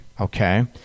okay